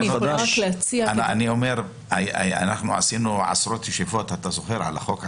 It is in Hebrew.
אנחנו עשינו עשרות ישיבות על החוק עצמו.